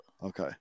Okay